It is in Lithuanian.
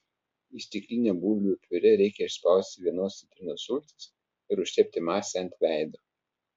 į stiklinę bulvių piurė reikia išspausti vienos citrinos sultis ir užtepti masę ant veido